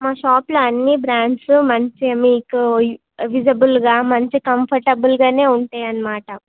మా షాప్లో అన్ని బ్రాండ్స్ మంచి మీకు విజబుల్గా మంచి కంఫర్టబుల్గానే ఉంటాయి అన్నమాట